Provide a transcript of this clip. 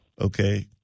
okay